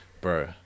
bro